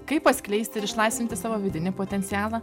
kaip paskleisti ir išlaisvinti savo vidinį potencialą